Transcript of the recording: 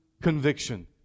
conviction